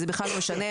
זה בכלל לא משנה,